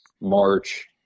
March